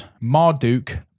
Marduk